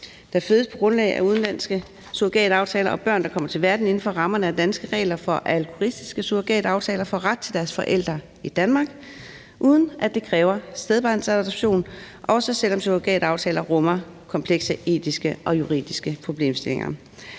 der fødes på grundlag af udenlandske surrogataftaler, og børn, der kommer til verden inden for rammerne af danske regler for altruistiske surrogataftaler, får ret til deres forældre i Danmark, uden at det kræver stedbarnsadoption, også selv om surrogataftaler rummer komplekse etiske og juridiske problemstillinger.